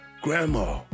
grandma